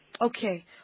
Okay